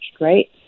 right